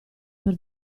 per